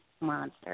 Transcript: Monster